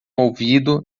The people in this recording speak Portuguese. ouvido